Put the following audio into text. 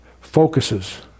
focuses